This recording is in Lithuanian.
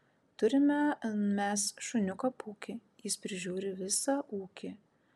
turime mes šuniuką pūkį jis prižiūri visą ūkį